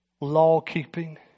law-keeping